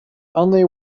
only